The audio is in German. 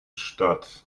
statt